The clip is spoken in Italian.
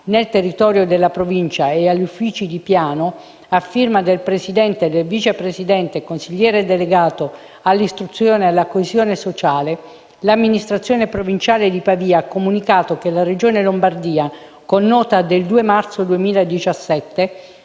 nel territorio della provincia e agli uffici di piano, a firma del presidente e del vice presidente e consigliere delegato all'istruzione e alla coesione sociale, l'amministrazione provinciale di Pavia ha comunicato che la Regione Lombardia, con nota del 2 marzo 2017,